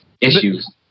Issues